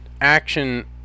action